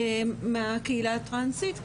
מהקהילה הטרנסית.